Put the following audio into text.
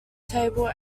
table